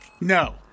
No